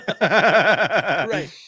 Right